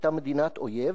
שהיתה מדינת אויב,